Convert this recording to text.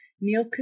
Neil